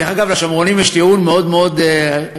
דרך אגב, לשומרונים יש טיעון מאוד מאוד טוב,